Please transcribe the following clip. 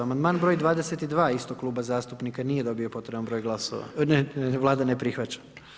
Amandman broj 22 istog kluba zastupnika nije dobio potreban broj glasova, ne, Vlada ne prihvaća.